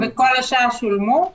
כל השאר שולמו?